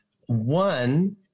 One